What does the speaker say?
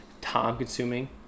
time-consuming